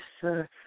sir